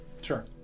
Sure